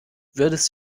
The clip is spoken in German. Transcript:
würdest